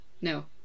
No